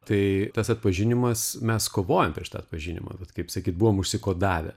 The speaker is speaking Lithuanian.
tai tas atpažinimas mes kovojam prieš tą atpažinimą vat kaip sakyt buvom užsikodavę